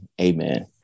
Amen